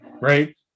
right